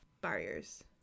Barriers